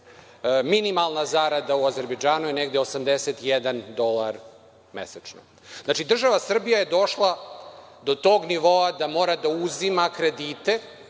Minimalna zarada u Azerbejdžanu je negde 81 dolar mesečno. Znači država Srbija je došla do tog nivoa da mora da uzima kredite,